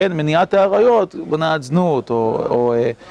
כן, מניעת העריות מונעת זנות, או...